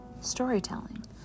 Storytelling